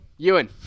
Ewan